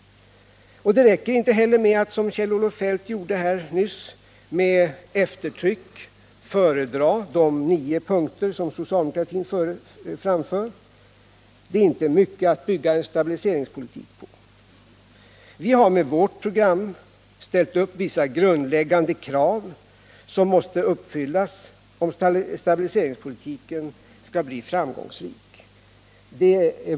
Inte heller räcker det med att, som Kjell-Olof Feldt gjorde nyss, med eftertryck föredra de nio punkter som socialdemokratin talar om. Det är inte mycket att bygga en stabiliseringspolitik på. Vi har i vårt program ställt upp vissa grundläggande krav, som måste uppfyllas om stabiliseringspolitiken skall bli framgångsrik.